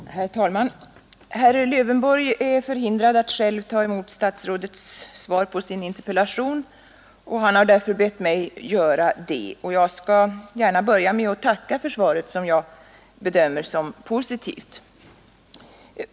Herr talman! Herr Lövenborg är förhindrad att själv ta emot statsrådets svar på interpellationen, och han har därför bett mig att göra det. Jag börjar gärna med att tacka för svaret, som jag bedömer som positivt.